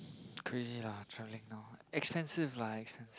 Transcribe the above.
crazy lah trying now expensive lah expensive